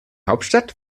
hauptstadt